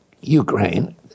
Ukraine